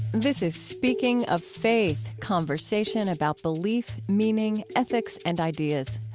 this is speaking of faith, conversation about belief, meaning, ethics and ideas.